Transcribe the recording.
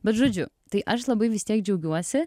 bet žodžiu tai aš labai vis tiek džiaugiuosi